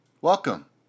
Welcome